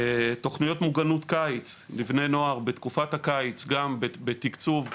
תוכניות מוגנות קיץ לבני נוער בתקופת הקיץ גם בתקצוב מיוחד,